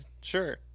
sure